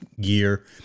gear